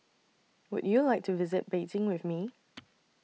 Would YOU like to visit Beijing with Me